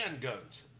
guns